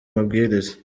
mabwiriza